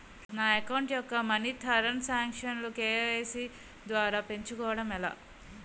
నా అకౌంట్ యెక్క మనీ తరణ్ సాంక్షన్ లు కే.వై.సీ ద్వారా పెంచుకోవడం ఎలా?